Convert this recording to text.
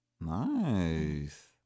Nice